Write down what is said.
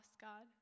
God